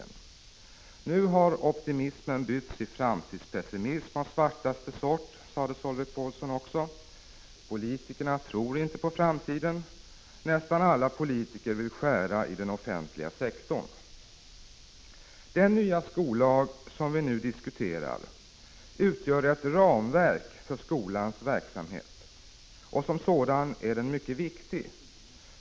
Nu har optimismen bytts i framtidspessimism av svartaste sort, sade Solveig Paulsson. Politikerna tror inte på framtiden. Nästan alla politiker vill skära i den offentliga sektorn. Den nya skollag som vi nu diskuterar utgör ett ramverk för skolans verksamhet. Skollagen som sådan är mycket viktig.